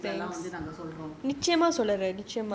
எங்க எங்க:enga enga control group வந்து நாங்க சொல்றோம்:vanthu naanga solrom